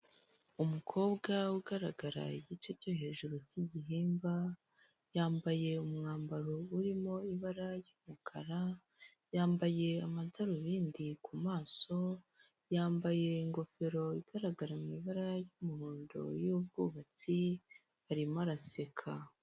Umukobwa ugaragara igice cyo hejuru cy'igihimba, yambaye umwambaro urimo ibara ry'umukara, yambaye amadarubindi ku maso, yambaye ingofero igaragara mu ibara ry'umuhondo, y'ubwubatsi, arimo araseka.